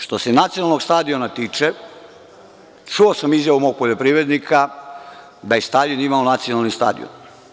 Što se nacionalnog stadiona tiče, čuo sam izjavu mog poljoprivrednika da je Staljin imao nacionalni stadion.